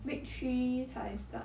week three 才 start